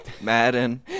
madden